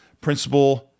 principal